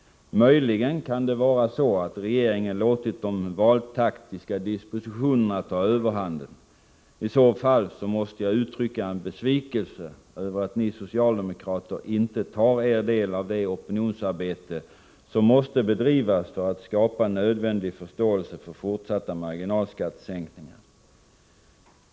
Möjligen kan det vara så att regeringen låtit de valtaktiska dispositionerna ta överhanden. I så fall måste jag uttrycka besvikelse över att ni socialdemokrater inte tar er del av det opinionsarbete som måste bedrivas för att skapa nödvändig förståelse för fortsatta marginalskattesänkningar.